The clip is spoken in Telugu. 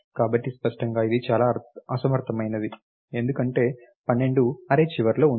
కాబట్టి స్పష్టంగా ఇది చాలా అసమర్థమైనది ఎందుకంటే 12 అర్రే చివరిలో ఉంది